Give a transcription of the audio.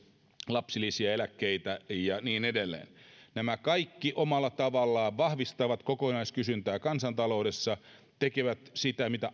lapsilisiä eläkkeitä ja niin edelleen nämä kaikki omalla tavallaan vahvistavat kokonaiskysyntää kansantaloudessa tekevät sitä mitä